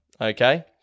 okay